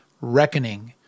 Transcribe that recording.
Reckoning